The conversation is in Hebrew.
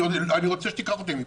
אני רוצה שתיקח אותי מפה.